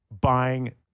buying